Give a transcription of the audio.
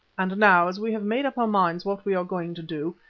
and now, as we have made up our minds what we are going to do,